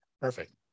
Perfect